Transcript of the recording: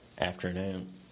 afternoon